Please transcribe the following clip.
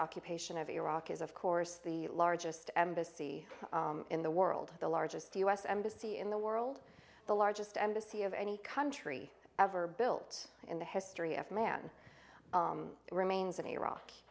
occupation of iraq is of course the largest embassy in the world the largest u s embassy in the world the largest embassy of any country ever built in the history of man remains an iraq